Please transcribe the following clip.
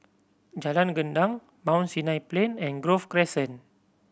Jalan Gendang Mount Sinai Plain and Grove Crescent